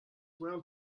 well